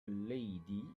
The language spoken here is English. lady